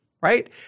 right